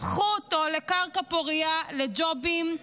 הפכו אותו לקרקע פורייה לג'ובים,